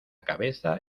cabeza